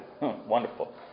wonderful